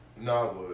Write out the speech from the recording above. No